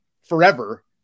forever